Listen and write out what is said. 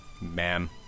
Ma'am